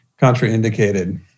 contraindicated